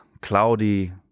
cloudy